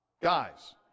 guys